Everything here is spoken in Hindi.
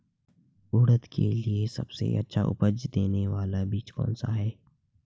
उड़द के लिए सबसे अच्छा उपज देने वाला बीज कौनसा है?